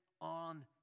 on